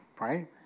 right